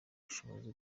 bushobozi